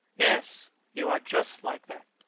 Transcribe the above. yes you are just like that.